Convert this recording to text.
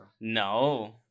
No